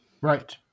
Right